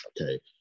okay